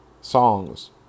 Songs